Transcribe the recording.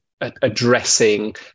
addressing